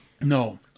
No